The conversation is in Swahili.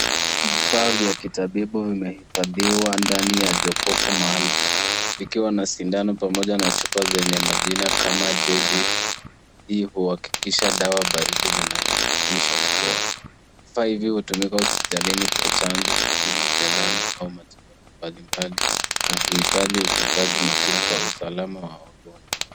Vifaa vya kitabibu vimehifadhiwa ndani ya jokofu maalum. Vikiwa na sindano pamoja na chupa zenya majina kama David, hivyo huhakikisha dawa baridi zinahudumisha ubora. Vifaa hivi hutumika hospitalini kwa chanjo vipimo vya damu au matibabu mbalimbali na huhitaji utunzaji makini kwa usalama wa wagonjwa.